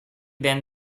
then